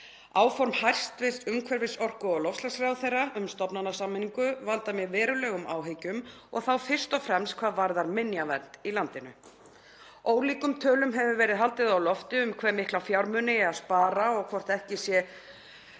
Áform hæstv. umhverfis-, orku- og loftslagsráðherra um stofnanasameiningu valda mér verulegum áhyggjum og þá fyrst og fremst hvað varðar minjavernd í landinu. Ólíkum tölum hefur verið haldið á lofti um hve mikla fjármuni eigi að spara og hvort ekki sé